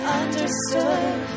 understood